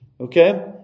okay